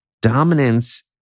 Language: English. dominance